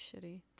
shitty